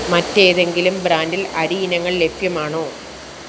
മറ്റേതെങ്കിലും ബ്രാൻഡിൽ അരി ഇനങ്ങൾ ലഭ്യമാണോ